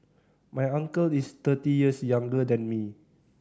my uncle is thirty years younger than me